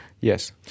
Yes